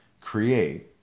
create